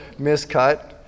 miscut